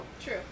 True